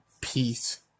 peace